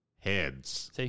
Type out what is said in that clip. Heads